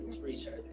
research